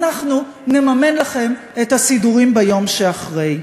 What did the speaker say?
ואנחנו נממן לכם את הסידורים ביום שאחרי.